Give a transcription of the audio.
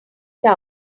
town